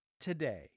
today